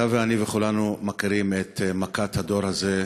אתה ואני וכולנו מכירים את מכת הדור הזה,